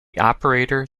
operator